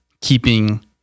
keeping